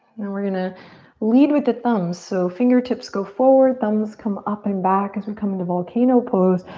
we're gonna lead with the thumbs so fingertips go forward, thumbs come up and back as we come to volcano pose.